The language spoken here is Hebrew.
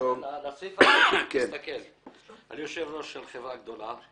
אני יושב-ראש של חברה גדולה.